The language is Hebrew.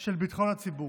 של ביטחון הציבור.